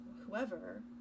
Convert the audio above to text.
whoever